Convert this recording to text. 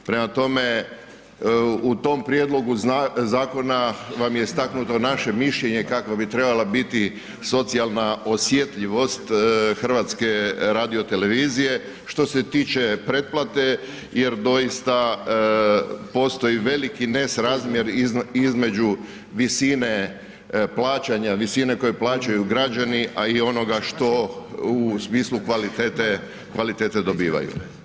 Prema tome, u tom prijedlogu zakona vam je istaknuto naše mišljenje kako bi trebala biti socijalna osjetljivost HRT-a što se tiče pretplate jer doista postoji veliki nesrazmjer između visine plaćanja, visine koju plaćaju građana a i onoga što u smislu kvalitete dobivaju.